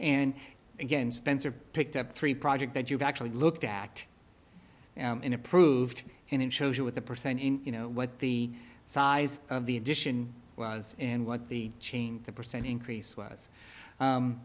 and again spencer picked up three project that you've actually looked act in approved and it shows you what the percent you know what the size of the addition was and what the chain the percent increase was